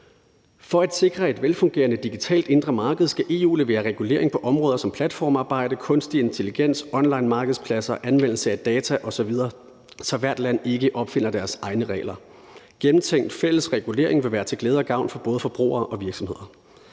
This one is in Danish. For at sikre et velfungerende digitalt indre marked skal EU levere regulering på områder som platformsarbejde, kunstig intelligens, onlinemarkedspladser, anvendelse af data osv., så hvert land ikke opfinder deres egne regler. Gennemtænkt fælles regulering vil være til glæde og gavn for både forbrugere og virksomheder.